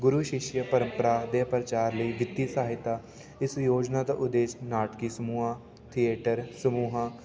ਗੁਰੂ ਸ਼ੀਸ਼ਯ ਪਰੰਪਰਾ ਦੇ ਪ੍ਰਚਾਰ ਲਈ ਵਿੱਤੀ ਸਹਾਇਤਾ ਇਸ ਯੋਜਨਾ ਦਾ ਉਦੇਸ਼ ਨਾਟਕੀ ਸਮੂਹਾਂ ਥੀਏਟਰ ਸਮੂਹਾਂ